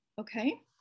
Okay